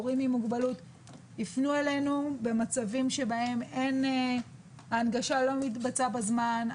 הורים עם מוגבלות יפנו אלינו במצבים שבהם ההנגשה לא מתבצעת בזמן.